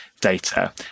data